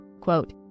Quote